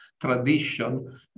tradition